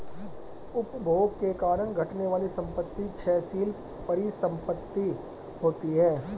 उपभोग के कारण घटने वाली संपत्ति क्षयशील परिसंपत्ति होती हैं